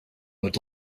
would